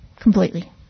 completely